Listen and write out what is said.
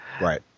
Right